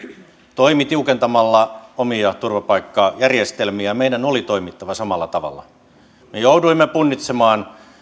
toimivat tiukentamalla omia turvapaikkajärjestelmiään meidän oli toimittava samalla tavalla me jouduimme punnitsemaan